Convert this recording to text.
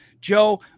Joe